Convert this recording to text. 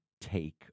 take